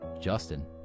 Justin